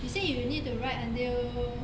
you say you need to ride until